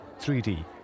3D